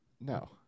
No